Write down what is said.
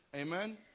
Amen